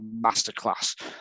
masterclass